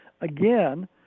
again